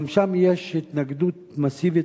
גם שם יש התנגדות מסיבית,